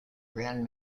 grand